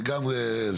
איפה?